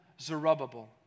Zerubbabel